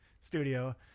studio